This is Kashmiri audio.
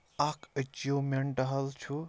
اَکھ أچیٖومٮ۪نٛٹ حظ چھُ